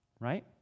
right